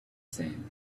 same